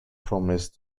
promised